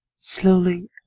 Slowly